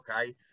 okay